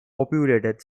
populated